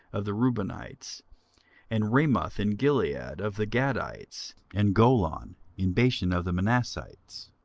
of the reubenites and ramoth in gilead, of the gadites and golan in bashan, of the manassites.